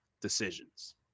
decisions